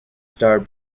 star